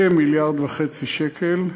כמיליארד וחצי שקל,